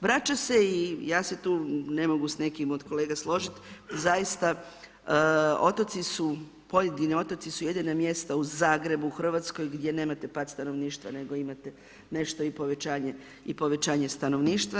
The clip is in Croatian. Vraća se i ja se tu ne mogu s nekim od kolega složiti, zaista otoci su, pojedini otoci su jedina mjesta u Zagrebu u RH gdje nemate pad stanovništva nego imate nešto i povećanje stanovništva.